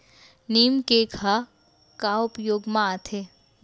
नीम cake ह का उपयोग मा आथे?